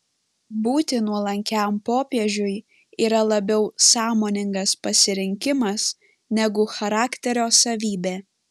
būti nuolankiam popiežiui yra labiau sąmoningas pasirinkimas negu charakterio savybė